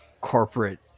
corporate